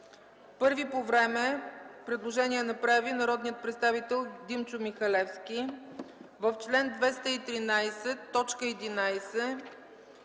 Първо по време предложение направи народният представител Димчо Михалевски – в чл. 213, т.